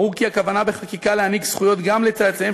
ברור כי הכוונה בחקיקה להעניק זכויות גם לצאצאיהם